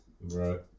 Right